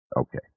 Okay